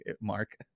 Mark